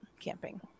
camping